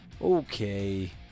Okay